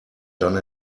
done